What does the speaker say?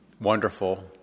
wonderful